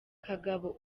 kagabo